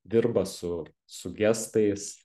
dirba su su gestais